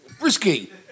Risky